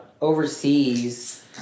overseas